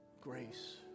grace